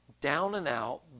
down-and-out